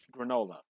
Granola